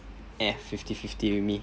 fifty fifty with me